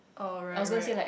oh right right